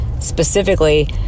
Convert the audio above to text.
specifically